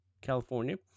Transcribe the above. California